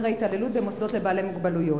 מקרי התעללות במוסדות לבעלי מוגבלויות.